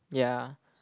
ya